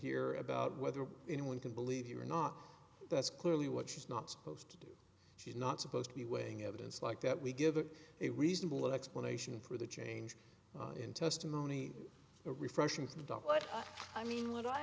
here about whether anyone can believe you or not that's clearly what she's not supposed to do she's not supposed to be weighing evidence like that we give her a reasonable explanation for the change in testimony a refreshing to the doctor but i mean what i